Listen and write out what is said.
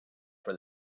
for